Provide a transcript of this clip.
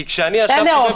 כי כשאני ישבתי --- בסדר,